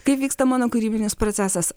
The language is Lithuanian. kaip vyksta mano kūrybinis procesas